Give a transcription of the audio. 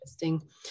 interesting